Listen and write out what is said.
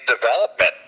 development